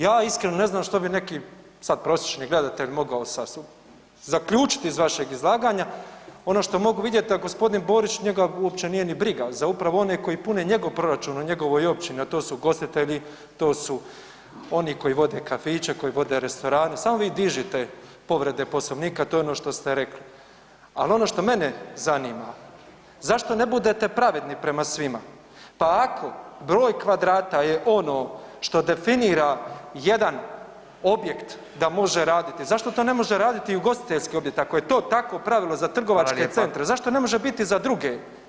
Ja iskreno ne znam što bi neki sad prosječni gledatelj mogao zaključiti iz vašeg izlaganja, ono što mogu vidjet, a g. Borić, njega uopće nije ni briga za upravo one koji pune njegov proračun u njegovoj općini a to su ugostitelji, to su oni koji vode kafiće, koji vode restorane, samo vi dižite povrede Poslovnika, to je ono što ste rekli, ali ono što mene zanima, zašto ne budete pravedni prema svima pa ako broj kvadrata je ono što definira jedan objekt da može raditi, zašto to ne može raditi i ugostiteljski objekt ako je to tako pravilo za trgovačke centre, zašto ne može biti za druge?